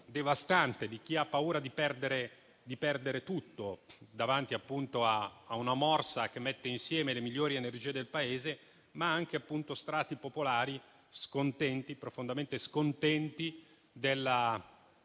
devastante: quella di chi ha paura di perdere tutto davanti a una morsa che mette insieme le migliori energie del Paese, ma anche appunto strati popolari profondamente scontenti della